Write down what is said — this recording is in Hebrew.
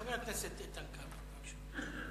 חבר הכנסת איתן כבל, בבקשה.